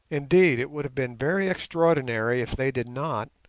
indeed, it would have been very extraordinary if they did not,